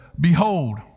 Behold